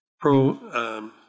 pro